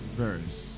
verse